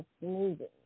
moving